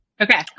Okay